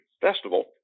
festival